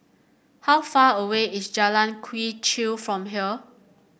how far away is Jalan Quee Chew from here